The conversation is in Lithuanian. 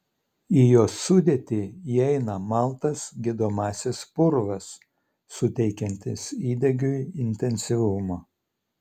į jos sudėtį įeina maltas gydomasis purvas suteikiantis įdegiui intensyvumo